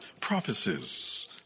prophecies